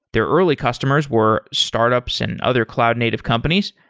their early customers were startups and other cloud native companies,